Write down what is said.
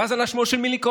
ואז עלה שמו של מיליקובסקי.